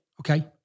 okay